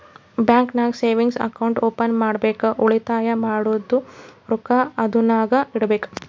bank ನಾಗ್ savings account open ಮಾಡ್ಬೇಕ ಉಳಿತಾಯ ಮಾಡಿದ್ದು ರೊಕ್ಕಾ ಅದುರ್ನಾಗ್ ಇಡಬೇಕ್